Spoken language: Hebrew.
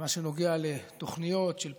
במה שנוגע לתוכניות של פיתוח,